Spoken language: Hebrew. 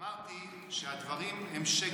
אמרתי שהדברים הם שקר,